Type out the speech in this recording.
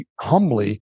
humbly